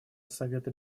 совета